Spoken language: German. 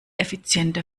effizienter